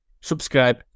Subscribe